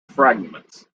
fragments